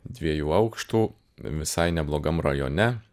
dviejų aukštų visai neblogam rajone